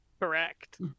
Correct